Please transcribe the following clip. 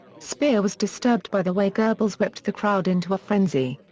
speer was disturbed by the way goebbels whipped the crowd into a frenzy.